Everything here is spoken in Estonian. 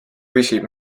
püsib